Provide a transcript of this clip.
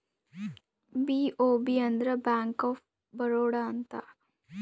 BOB ಅಂದ್ರ bank of Baroda ಅಂತ